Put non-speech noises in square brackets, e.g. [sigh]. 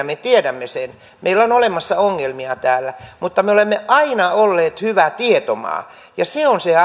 [unintelligible] me tiedämme sen meillä on olemassa ongelmia täällä mutta me olemme aina olleet hyvä tietomaa ja se on se [unintelligible]